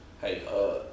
Hey